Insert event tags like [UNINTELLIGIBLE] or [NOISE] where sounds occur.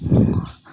[UNINTELLIGIBLE]